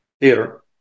theater